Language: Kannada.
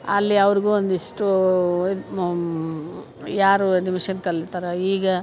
ಅಲ್ಲಿ ಅವ್ರಿಗೂ ಒಂದಿಷ್ಟು ಯಾರು ಆ್ಯನಿಮೇಷನ್ ಕಲಿತಾರೆ ಈಗ